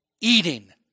eating